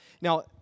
Now